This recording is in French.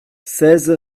seize